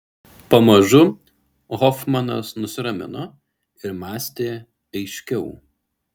pamažu hofmanas nusiramino ir mąstė aiškiau